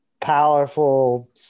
powerful